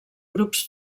grups